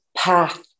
path